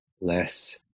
less